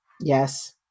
Yes